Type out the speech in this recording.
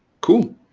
Cool